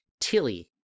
Tilly